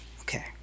Okay